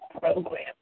program